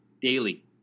daily